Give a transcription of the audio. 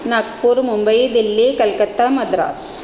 Nagpur Mumbai Delhi Calcutta Madras